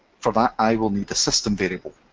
for that i will need a system variable.